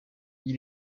elle